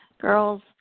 Girls